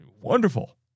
Wonderful